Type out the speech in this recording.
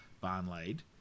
barn-laid